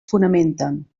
fonamenten